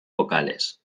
vocales